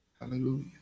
Hallelujah